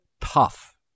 tough